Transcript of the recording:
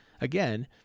again